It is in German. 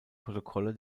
protokolle